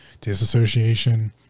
disassociation